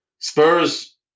Spurs